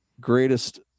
greatest